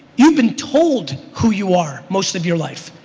you've been told who you are most of your life.